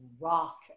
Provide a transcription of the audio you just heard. rock